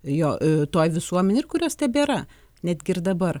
jo toj visuomenėj ir kurios tebėra netgi ir dabar